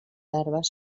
larves